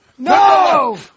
No